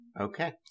Okay